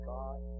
God